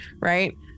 right